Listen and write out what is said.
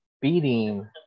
beating